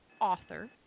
author